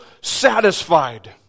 satisfied